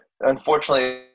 Unfortunately